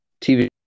TV